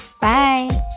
Bye